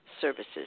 services